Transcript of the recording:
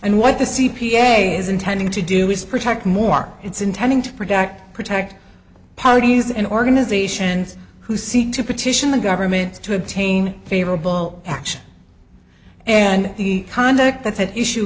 and what the c p a is intending to do is protect more it's intending to protect protect parties and organisations who seek to petition the government to obtain favorable action and the conduct that's at issue